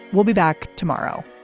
we'll be back tomorrow